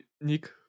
Nick